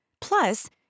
Plus